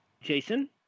Jason